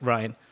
Ryan